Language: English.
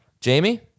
Jamie